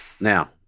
now